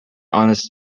honest